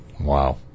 Wow